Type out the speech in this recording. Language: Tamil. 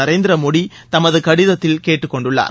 நரேந்திர மோடி தமது கடிதத்தில் கேட்டுக் கொண்டுள்ளார்